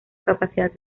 capacidad